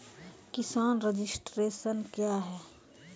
किसान रजिस्ट्रेशन क्या हैं?